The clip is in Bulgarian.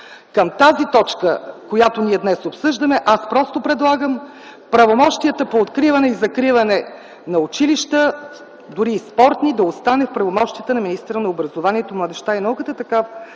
Към тази точка, която днес обсъждаме, аз предлагам откриването и закриването на училища, дори и спортни, да остане в правомощията на министъра на образованието, младежта и науката,